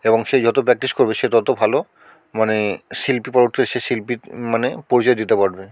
এবং সে যত প্র্যাকটিস করবে সে তত ভালো মানে শিল্পী সে শিল্পী মানে পরিচয় দিতে পারবে